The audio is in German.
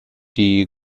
die